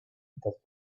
that